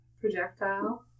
projectile